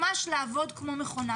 ממש לעבוד כמו מכונה.